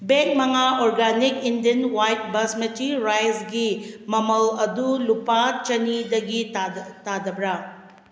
bag ꯃꯉꯥ organic Indian white basmati ꯔꯥꯏꯁꯒꯤ ꯃꯃꯜ ꯑꯗꯨ ꯂꯨꯄꯥ ꯆꯅꯤꯗꯒꯤ ꯇꯥꯗꯕ꯭ꯔꯥ